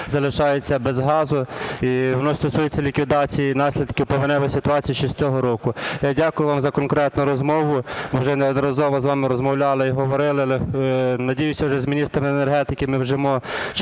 залишаються без газу. І воно стосується ліквідації наслідків повеневої ситуації ще з цього року. Я дякую вам за конкретну розмову. Вже неодноразово з вами розмовляли і говорили, але надіюсь, уже з міністром енергетики ми вживемо